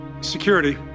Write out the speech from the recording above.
Security